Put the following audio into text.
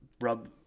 rub